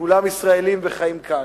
כולם ישראלים וחיים כאן.